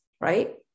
right